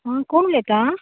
आं कोण उलयता